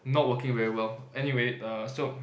not working very well anyway err so